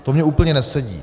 To mně úplně nesedí.